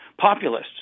populists